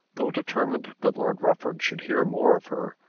though determined that lord rufford should hear more of her,